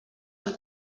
amb